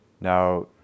Now